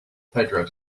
pedro